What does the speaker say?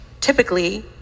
Typically